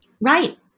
Right